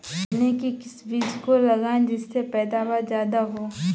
चने के किस बीज को लगाएँ जिससे पैदावार ज्यादा हो?